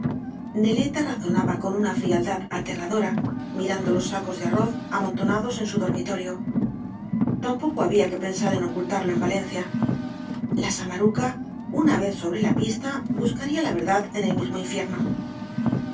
neleta razonaba con una frialdad aterradora mirando los sacos de arroz amontonados en su dormitorio tampoco había que pensar en ocultarlo en valencia la samaruca una vez sobre la pista buscaría la verdad en el mismo infierno